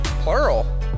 plural